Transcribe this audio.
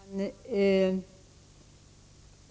Herr talman!